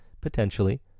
potentially